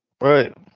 Right